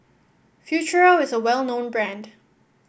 Futuro is a well known brand